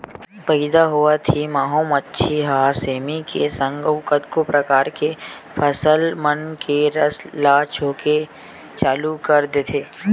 पइदा होवत ही माहो मांछी ह सेमी के संग अउ कतको परकार के फसल मन के रस ल चूहके के चालू कर देथे